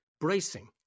bracing